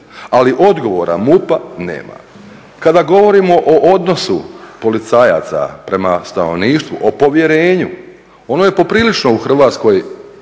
ali odgovora MUP-a nema. Kada govorimo o odnosu policajaca prema stanovništvu o povjerenju ono je poprilično u Hrvatskoj